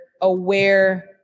aware